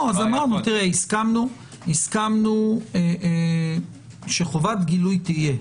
הסכמנו שחובת גילוי תהיה.